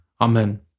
Amen